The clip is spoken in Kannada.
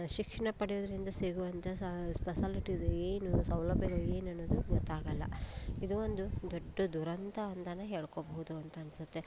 ಶಿಕ್ಷಣ ಪಡೆಯೋದ್ರಿಂದ ಸಿಗುವಂಥ ಸಾ ಸ್ಪೆಸಾಲಿಟಿಸ್ ಏನು ಸೌಲಭ್ಯಗಳು ಏನು ಅನ್ನೋದು ಗೊತ್ತಾಗೊಲ್ಲ ಇದು ಒಂದು ದೊಡ್ಡ ದುರಂತ ಅಂತಲೇ ಹೇಳಿಕೊಬಹುದು ಅಂತ ಅನ್ಸುತ್ತೆ